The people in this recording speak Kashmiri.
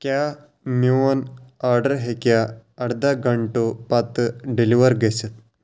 کیٛاہ میٛون آرڈَر ہیٚکیٛاہ اَرداہ گھَنٹو پَتہٕ ڈیلِوَر گٔژھِتھ